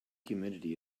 humidity